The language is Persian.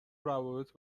روابط